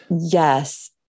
Yes